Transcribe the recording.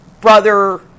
brother